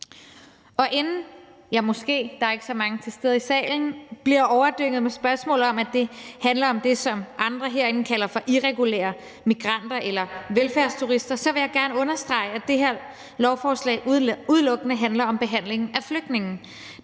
salen – bliver overdynget med spørgsmål om, at det handler om det, som andre herinde kalder for irregulære migranter eller velfærdsturister, vil jeg gerne understrege, at det her beslutningsforslag udelukkende handler om behandlingen af flygtninge.